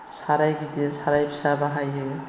साराय गिदिर साराय फिसा बाहायो